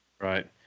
Right